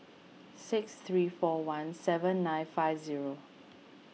six three four one seven nine five zero